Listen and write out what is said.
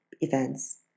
events